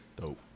Dope